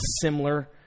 similar